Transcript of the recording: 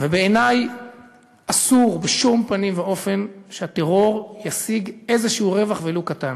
בעיני אסור בשום פנים ואופן שהטרור ישיג איזה רווח ולו קטן.